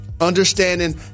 Understanding